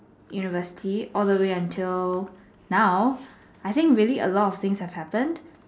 university all the way until now I think really a lot of things have happen